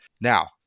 Now